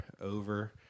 Over